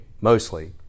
mostly